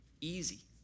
easy